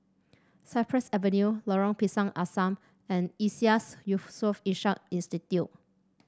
Cypress Avenue Lorong Pisang Asam and Iseas Yusof Ishak Institute